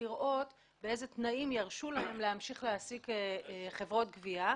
לראות באילו תנאים ירשו להן להמשיך להעסיק חברות גבייה,